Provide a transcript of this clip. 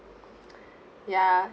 ya